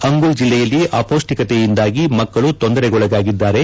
ಅಂಗುಲ್ ಜಿಲ್ಲೆಯಲ್ಲಿ ಅಪೌಷ್ತಿಕತೆಯಿಂದಾಗಿ ಮಕ್ಕಳು ತೊಂದರೆಗೊಳಗಾಗಿದ್ದಾರೆ